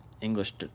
english